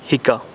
শিকা